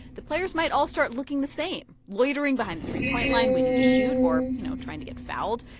the players might all start looking the same, loitering behind the three point line waiting to shoot, or, you know, trying to get fouled.